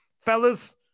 Fellas